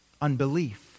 unbelief